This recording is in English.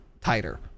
tighter